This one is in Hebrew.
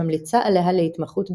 שממליצה עליה להתמחות בזכוכית.